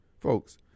Folks